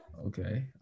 Okay